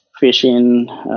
fishing